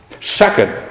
Second